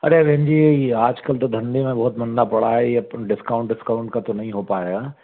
अरे बहन जी आजकल तो धंधे में बहुत मंदा पड़ा है यह डिस्काउंट डिस्काउंट का तो नहीं हो पाएगा